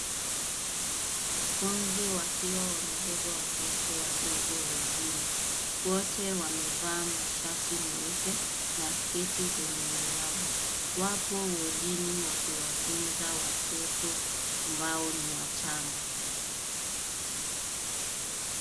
Wanafunzi wakiwa wamebeba watoto wadogo wodini. Wote wamevaa mashati meupe na sketi zenye miraba. Wapo wodini wakiwatunza watoto ambao ni wachanga.